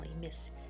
Miss